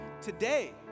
today